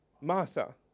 Martha